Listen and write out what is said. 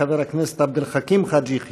חבר הכנסת עבד אל חכים חאג' יחיא.